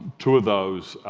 two of those,